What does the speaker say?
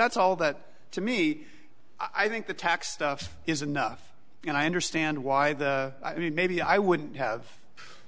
that's all that to me i think the tax stuff is enough and i understand why the maybe i wouldn't have